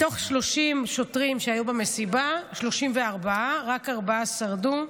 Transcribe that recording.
מתוך 34 שוטרים שהיו במסיבה, רק ארבעה שרדו.